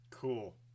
cool